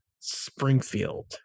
Springfield